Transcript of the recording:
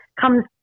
comes